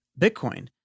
Bitcoin